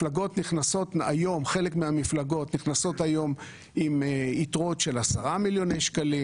היום חלק מהמפלגות נכנסות עם יתרות של 10 מיליון שקלים